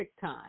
time